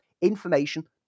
information